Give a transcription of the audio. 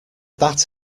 that